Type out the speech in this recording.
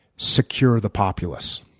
secure the populous.